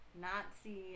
Nazi